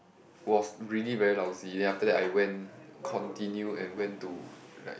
was really very lousy then after that I went continue and went to like